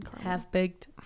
Half-baked